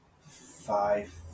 Five